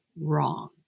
wrong